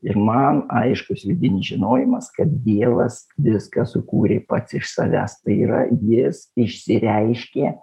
ir man aiškus vidinis žinojimas kad dievas viską sukūrė pats iš savęs tai yra jis išsireiškė